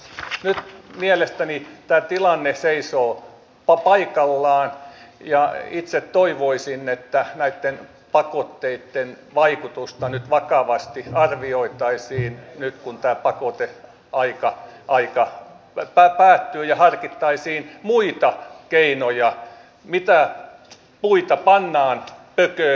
nyt mielestäni tämä tilanne seisoo paikallaan ja itse toivoisin että näitten pakotteitten vaikutusta vakavasti arvioitaisiin nyt kun tämä pakoteaika päättyy ja harkittaisiin muita keinoja mitä puita pannaan pököön